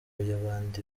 y’abandi